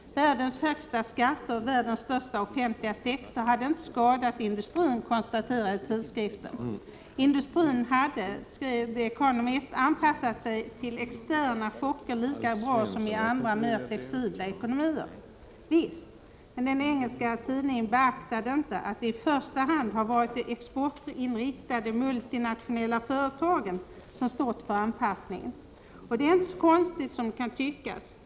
Världens högsta skatter och världens största offentliga sektor hade inte skadat industrin, konstaterade tidskriften. Industrin hade, skrev The Economist, anpassat sig till externa chocker lika bra som i andra mer flexibla ekonomier. Visst. Men den engelska tidningen beaktade inte att det i första hand har varit de exportinriktade multinationella företagen som stått för anpassningen. Och det är inte så konstigt som det kan tyckas.